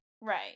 Right